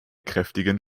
kräftigen